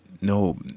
no